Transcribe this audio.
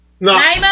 No